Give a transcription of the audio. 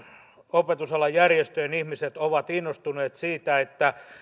opetusalan järjestöjen ihmiset ovat innostuneet siitä että